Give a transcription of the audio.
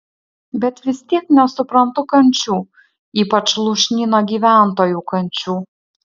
bet vis tiek nesuprantu kančių ypač lūšnyno gyventojų kančių